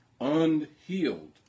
unhealed